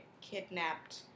kidnapped